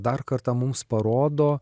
dar kartą mums parodo